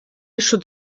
should